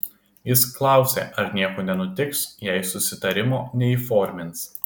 jis klausė ar nieko nenutiks jei susitarimo neįformins